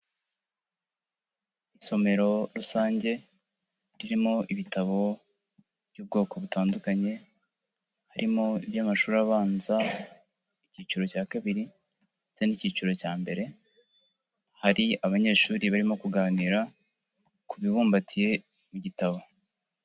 Isomero rusange ririmo ibitabo by'ubwoko butandukanye, harimo iby'amashuri abanza icyiciro cya kabiri ndetse n'icyiciro cya mbere, hari abanyeshuri barimo kuganira ku bibumbatiye mu gitabo.